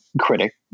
critic